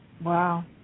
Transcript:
Wow